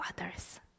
others